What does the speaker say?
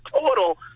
total